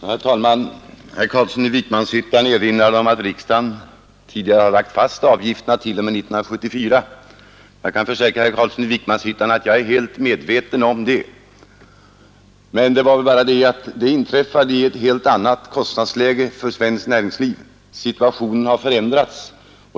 Herr talman! Herr Carlsson i Vikmanshyttan erinrar om att riksdagen tidigare lagt fast avgifterna t.o.m. 1974. Jag kan försäkra herr Carlsson i Vikmanshyttan att jag är helt medveten om det. Men det inträffade i ett helt annat kostnadsläge för svenskt näringsliv. Situationen har förändrats.